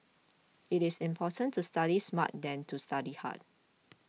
it is important to study smart than to study hard